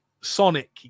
Sonic